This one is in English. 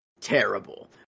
terrible